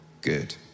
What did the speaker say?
good